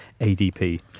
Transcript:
ADP